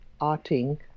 arting